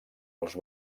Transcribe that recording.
els